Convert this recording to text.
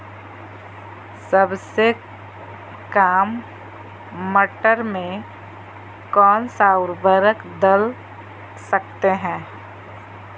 सबसे काम मटर में कौन सा ऊर्वरक दल सकते हैं?